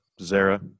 Zara